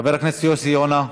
חבר הכנסת יוסי יונה.